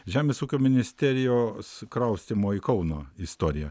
žemės ūkio ministerijos kraustymo į kauną istoriją